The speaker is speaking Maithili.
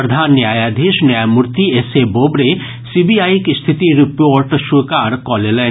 प्रधान न्यायाधीश न्यायमूर्ति एस ए बोबड़े सीबीआईक स्थिति रिपोर्ट स्वीकार कऽ लेलनि